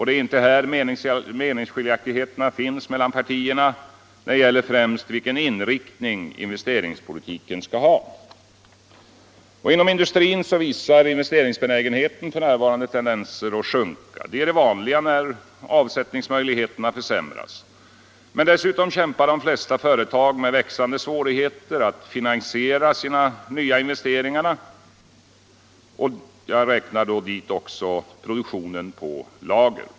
Det är inte här som meningsskiljaktigheterna finns mellan partierna, utan de gäller främst vilken inriktning investeringspolitiken skall ha. Inom industrin visar investeringsbenägenheten f. n. tendenser att sjunka. Det är det vanliga när avsättningsmöjligheterna försämras. Men dessutom kämpar de flesta företag med växande svårigheter att finansiera nya investeringar, inkl. fortsatt produktion på lager.